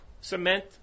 cement